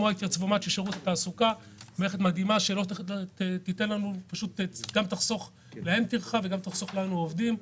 זו מערכת מדהימה שתחסוך טרחה וגם עובדים.